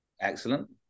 Excellent